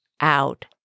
out